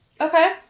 Okay